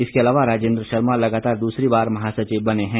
इसके अलावा राजेन्द्र शर्मा लगातार दूसरी बार महासचिव बने हैं